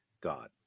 God